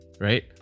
right